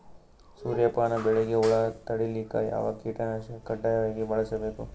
ಸೂರ್ಯಪಾನ ಬೆಳಿಗ ಹುಳ ತಡಿಲಿಕ ಯಾವ ಕೀಟನಾಶಕ ಕಡ್ಡಾಯವಾಗಿ ಬಳಸಬೇಕು?